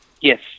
Yes